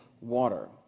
water